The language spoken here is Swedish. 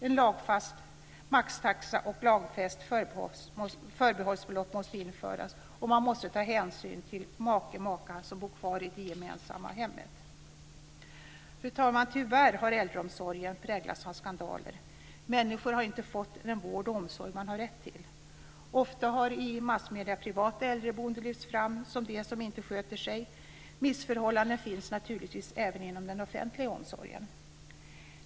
En lagfäst maxtaxa och ett lagfäst förbehållsbelopp måste införas, och man måste ta hänsyn till make eller maka som bor kvar i det gemensamma hemmet. Fru talman! Tyvärr har äldreomsorgen präglats av skandaler. Människor har inte fått den vård och omsorg som de har rätt till. I massmedierna har ofta privata äldreboenden lyfts fram som de som inte sköter sig. Missförhållanden finns naturligtvis även inom den offentliga omsorgen.